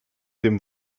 dem